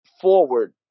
forward